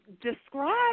describe